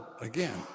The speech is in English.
again